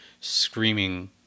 screaming